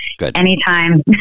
anytime